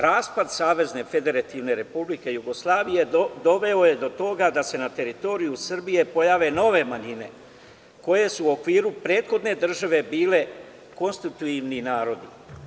Raspad Savezne Federativne Republike Jugoslavije doveo je do toga da se na teritoriju Srbije pojave nove manjine koje su u okviru prethodne države bile konstitutivni narodi.